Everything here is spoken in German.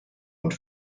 und